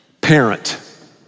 parent